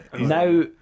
Now